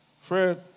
Fred